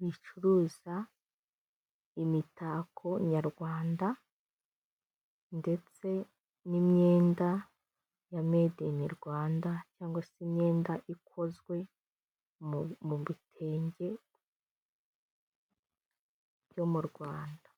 ricuruza imitako nyarwanda ndetse n'imyenda ya medi ini Rwanda cyangwa se imyenda ikozwe mubitenge yo mu Rwanda.